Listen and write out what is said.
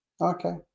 Okay